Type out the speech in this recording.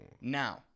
Now